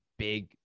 big